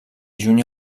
juny